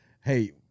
hey